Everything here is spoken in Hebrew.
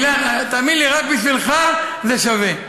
אילן, תאמין לי, רק בשבילך, זה שווה.